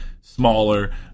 smaller